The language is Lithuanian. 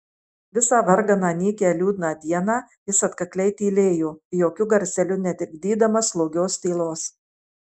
visą varganą nykią liūdną dieną jis atkakliai tylėjo jokiu garseliu netrikdydamas slogios tylos